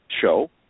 show